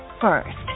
first